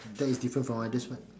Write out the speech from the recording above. that is different from others [what]